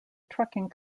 trucking